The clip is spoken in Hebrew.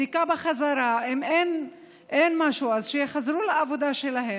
בדיקה בחזרה, אם אין משהו אז שיחזרו לעבודה שלהם,